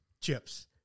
Chips